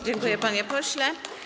Dziękuję, panie pośle.